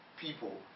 people